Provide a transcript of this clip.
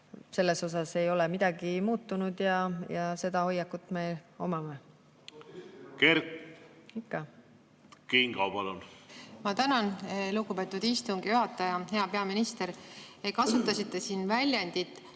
Siin ei ole midagi muutunud ja seda hoiakut me omame. Kert Kingo, palun! Ma tänan, lugupeetud istungi juhataja! Hea peaminister! Te kasutasite siin väljendit